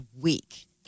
week